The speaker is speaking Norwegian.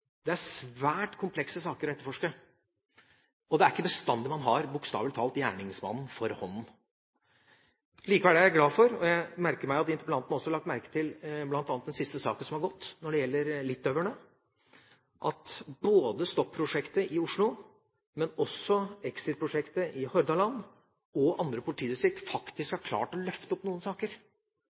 Det er svært komplekse saker å etterforske, og det er ikke bestandig man – bokstavelig talt – har gjerningsmannen for hånden. Likevel er jeg glad for – og jeg merker meg at interpellanten også har lagt merke til bl.a. den siste saken som har vært når det gjelder litauerne – at både STOP-prosjektet i Oslo og Exit Prosjektet i Hordaland og andre politidistrikter faktisk har klart å løfte opp noen saker.